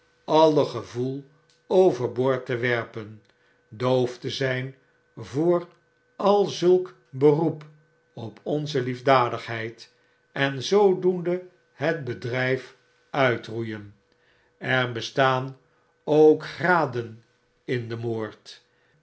alle gevoel over boord te werpen doof te zyn voor al zulk beroep op onze liefdadigheid en zoodoende het bedryf uitroeien er bestaan ook graden in den moord